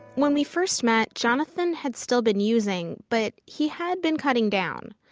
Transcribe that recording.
when we first met, jonathan had still been using, but he had been cutting down.